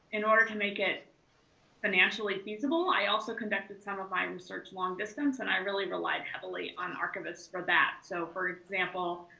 in order to make it financially feasible, i also conducted some of my research long distance, and i relied heavily on archivists for that. so, for example,